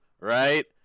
right